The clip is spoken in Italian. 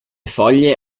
foglie